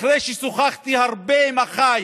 אחרי ששוחחתי הרבה עם אחיי